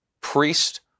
priest